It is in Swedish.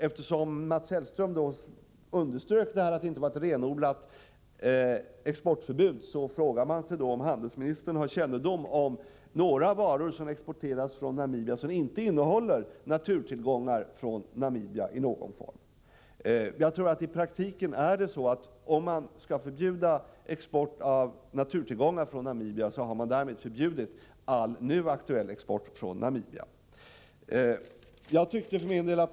Eftersom Mats Hellström underströk att det inte var ett renodlat exportförbud, frågar man sig om handelsministern har kännedom om några varor som exporteras från Namibia och som inte i någon form innehåller naturtillgångar från Namibia. Vill man förbjuda export av naturtillgångar från Namibia, har man i praktiken därmed förbjudit all nu aktuell export från Namibia.